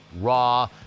raw